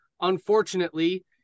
unfortunately